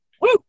Woo